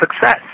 success